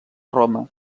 roma